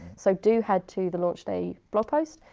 so do head to the launch day blog post,